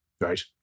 Right